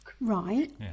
Right